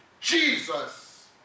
Jesus